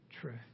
truth